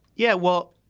yeah, well,